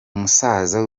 musaza